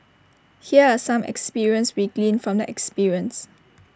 here are some experience we gleaned from the experience